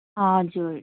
हजुर